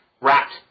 wrapped